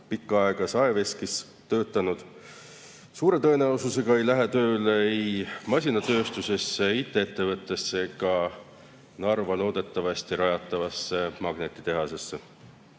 pikka aega saeveskis töötanud, suure tõenäosusega ei lähe tööle ei masinatööstusesse, IT-ettevõttesse ega Narva loodetavasti rajatavasse magnetitehasesse.